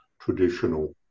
traditional